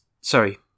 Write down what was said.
sorry